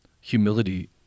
humility